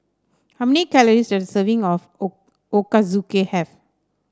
how many calories does a serving of O Ochazuke have